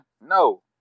no